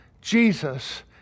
Jesus